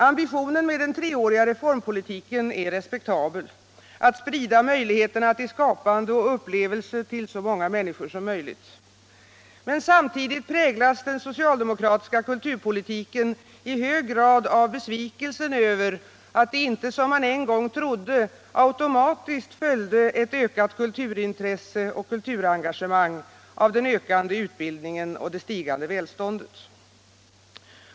Ambitionen med den treåriga reformpolitiken är respektabel: att sprida möjligheterna till skapande och upplevelse till så många människor som möjligt. Men samtidigt präglas den socialdemokratiska kulturpolitiken I hög grad av besvikelsen över att det inte, som man en gång trodde, automatiskt följde ett ökat kulturintresse och kulturengagemang av den ökande utbildningen och det stigande välståndet.